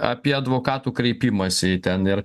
apie advokatų kreipimąsi į ten ir